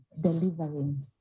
delivering